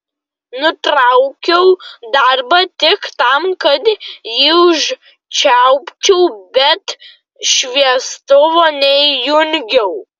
nutraukiau darbą tik tam kad jį užčiaupčiau bet šviestuvo neįjungiau